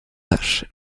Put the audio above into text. tache